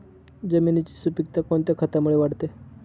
जमिनीची सुपिकता कोणत्या खतामुळे वाढते?